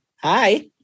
Hi